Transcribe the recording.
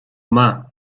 maith